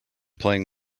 playing